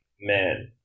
man